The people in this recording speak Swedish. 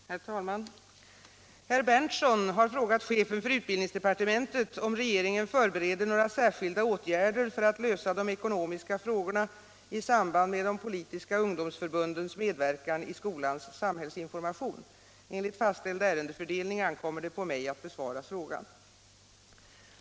Herr talman! Herr Berndtson har frågat chefen för utbildningsdepartementet om regeringen förbereder några särskilda åtgärder för att lösa de ekonomiska frågorna i samband med de politiska ungdomsförbundens medverkan i skolans samhällsinformation. Enligt fastställd ärendefördelning ankommer det på mig ätt besvara frågan.